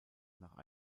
nach